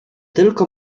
tylko